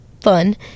fun